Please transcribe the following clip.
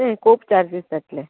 खूब चार्जीस जातले